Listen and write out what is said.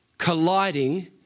colliding